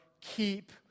keep